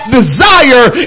desire